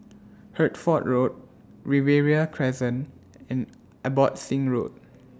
Hertford Road Riverina Crescent and Abbotsingh Road